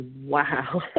Wow